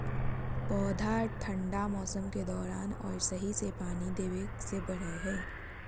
पौधा ठंढा मौसम के दौरान और सही से पानी देबे से बढ़य हइ